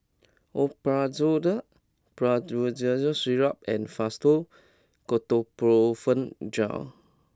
Omeprazole Promethazine Syrup and Fastum Ketoprofen Gel